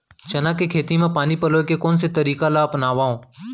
चना के खेती म पानी पलोय के कोन से तरीका ला अपनावव?